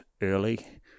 early